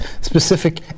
specific